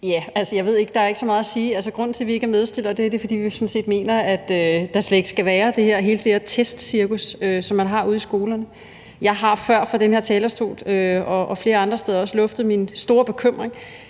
Altså, jeg ved ikke rigtig, om der er så meget at sige. Grunden til, at vi ikke er medfremsættere, er, at vi sådan set mener, at der slet ikke skal være hele det her testcirkus, som man har ude i skolerne. Jeg har før fra den her talerstol og også flere andre steder luftet min store bekymring